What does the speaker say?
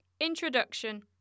Introduction